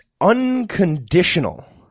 Unconditional